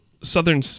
Southern